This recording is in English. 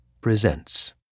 presents